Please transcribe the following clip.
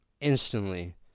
instantly